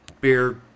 Beer